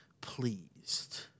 pleased